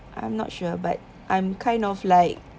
I'm not sure but I'm kind of like